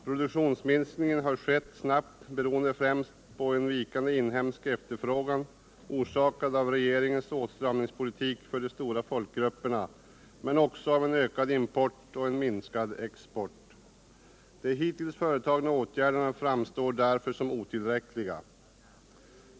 Produktionsminskningen har skett snabbt beroende främst på en vikande inhemsk efterfrågan, orsakad av regeringens åtstramningspolitik för de stora folkgrupperna men också på en ökad import och en minskad export. De hittills vidtagna åtgärderna framstår därför som otillräckliga.